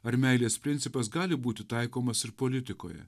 ar meilės principas gali būti taikomas ir politikoje